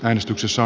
äänestyksessä